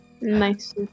Nice